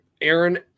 Aaron